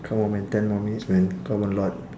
come on man ten more minutes man come on lord